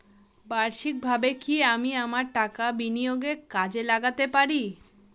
বার্ষিকভাবে কি আমি আমার টাকা বিনিয়োগে কাজে লাগাতে পারি?